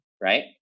right